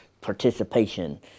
participation